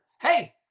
Hey